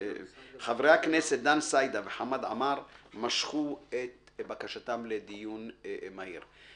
חברי הכנסת דן סידה וחמד עמאר משכו את בקשתם לדיון מהיר.